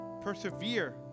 Persevere